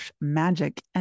magic